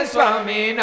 Swami